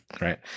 right